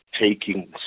taking